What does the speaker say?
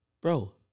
Bro